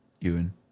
Ewan